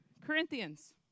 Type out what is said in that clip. Corinthians